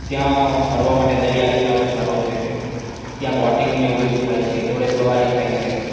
ત્યાં ફરવા માટે દરિયાકિનારો સારો છે ત્યાં બોટિંગ ને એવું બધું થાય છે ઘોડે સવારી થાય છે